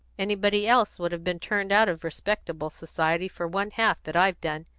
anybody else would have been turned out of respectable society for one-half that i've done,